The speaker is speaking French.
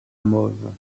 mauves